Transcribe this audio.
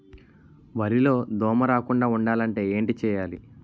వరిలో దోమ రాకుండ ఉండాలంటే ఏంటి చేయాలి?